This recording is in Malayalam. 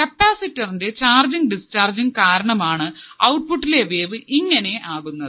കാപ്പാസിറ്ററിന്റെ ചാർജിങ് ഡിസ്ചാർജിങ് കാരണം ആണ് ഔട്ട്പുട്ട് ലെ വേവ് ഇങ്ങനെ ആകുന്നത്